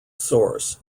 source